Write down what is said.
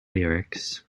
lyrics